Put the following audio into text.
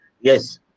Yes